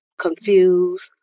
confused